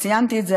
וציינתי את זה,